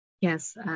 Yes